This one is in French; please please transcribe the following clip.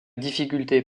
difficulté